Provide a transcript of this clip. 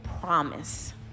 promise